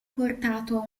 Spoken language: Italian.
portato